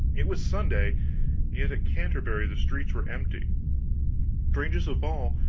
it was sunday yet at canterbury the streets were empty strangest of all,